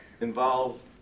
involves